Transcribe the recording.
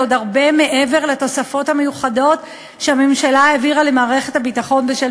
זה עוד הרבה מעבר לתוספות המיוחדות שהממשלה העבירה למערכת הביטחון בשל